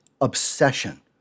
obsession